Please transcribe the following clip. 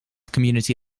community